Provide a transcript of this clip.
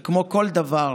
וכמו כל דבר,